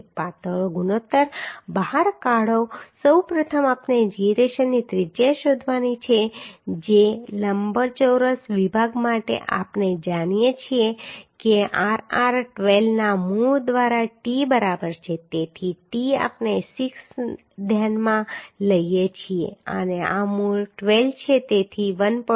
પાતળો ગુણોત્તર બહાર કાઢો સૌપ્રથમ આપણે જીરેશનની ત્રિજ્યા શોધવાની છે જે લંબચોરસ વિભાગ માટે આપણે જાણીએ છીએ કે r r 12 ના મૂળ દ્વારા t બરાબર છે તેથી t આપણે 6 ધ્યાનમાં લઈએ છીએ અને આ મૂળ 12 છે તેથી 1